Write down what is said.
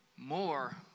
more